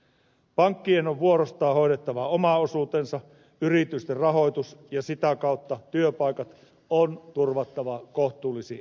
pankkien on vuorostaan hoidettava oma osuutensa yritysten rahoitus ja sitä kautta työpaikat on turvattava kohtuullisin ehdoin